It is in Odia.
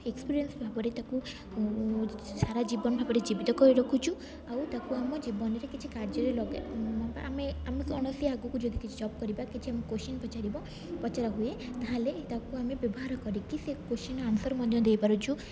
ଏକ୍ସପିରିଏନ୍ସ ଭାବରେ ତାକୁ ସାରା ଜୀବନ ଭାବରେ ଜୀବିତ କରି ରଖୁଛୁ ଆଉ ତାକୁ ଆମ ଜୀବନରେ କିଛି କାର୍ଯ୍ୟରେ ଆମେ ଆମେ କୌଣସି ଆଗକୁ ଯଦି କିଛି ଜବ୍ କରିବା କିଛି ଆମ କୋଶ୍ଚିନ୍ ପଚାରିବ ପଚାରାହୁଏ ତାହେଲେ ତାକୁ ଆମେ ବ୍ୟବହାର କରିକି ସେ କୋଶ୍ଚିନର ଆନ୍ସର୍ ମଧ୍ୟ ଦେଇପାରୁଛୁ